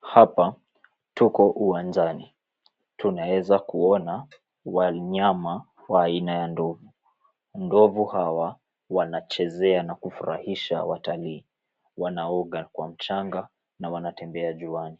Hapa tuko uwajani tunaeza kuona wanyama wa aina ya ndovu, ndovu hawa wanachezea na kifurahisha watalii, wanaoga kwa mchanga na wanatembea jiwani,